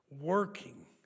working